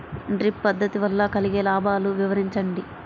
Drip పద్దతి వల్ల కలిగే లాభాలు వివరించండి?